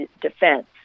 defense